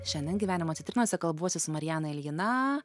šiandien gyvenimo citrinose kalbuosi su mariana iljina